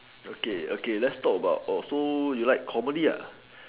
okay okay let's talk about so you like comedy lah